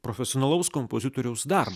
profesionalaus kompozitoriaus darb